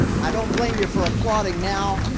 i don't blame you for applauding now,